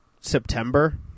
September